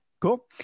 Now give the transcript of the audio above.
cool